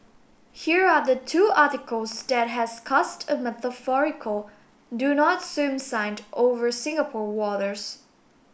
here are the two articles that has cast a metaphorical do not swim signed over Singapore waters